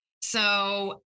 So-